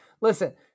listen